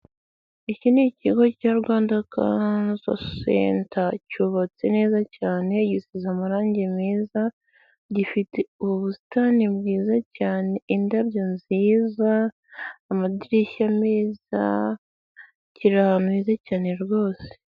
Iki ni ikigo cya Rwanda kansa senta cyubatse neza cyane, gisize amarangi meza gifite ubusitani bwiza cyane indabyo nziza amadirishya meza kiri ahantu heza cyane rwose.